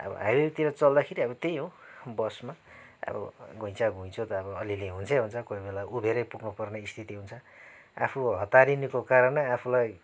अब हाइवेतिर चल्दाखेरि अब त्यही हो बसमा अब घुइचा घुँइचो त अलिअलि हुन्छै हुन्छ कोही बेला उभिएरै पुग्न पर्ने स्थिति हुन्छ आफू हताररिनुको कारण नै आफूलाई